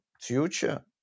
future